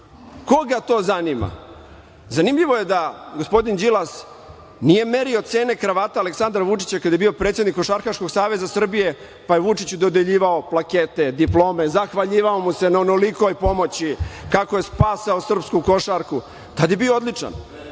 koga to zanima? Zanimljivo je da gospodin Đilas nije merio cene kravata Aleksandra Vučića kada je bio predsednik Košarkaškog saveza Srbije, pa je Vučiću dodeljivao plakete, diplome, zahvaljivao mu se na onolikoj pomoći, kako je spasao srpsku košarku. Tada je bio odličan.